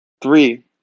Three